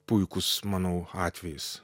puikus manau atvejis